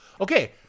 okay